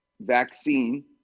vaccine